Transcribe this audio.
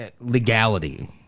legality